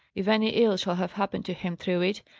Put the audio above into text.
if any ill shall have happened to him through it,